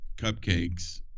cupcakes